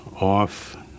off